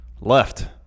left